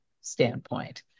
standpoint